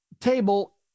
table